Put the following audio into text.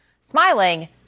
smiling